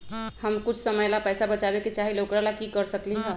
हम कुछ समय ला पैसा बचाबे के चाहईले ओकरा ला की कर सकली ह?